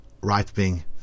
right-wing